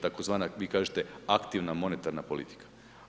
Tzv. vi kažete aktivna monetarna politika.